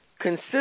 Consider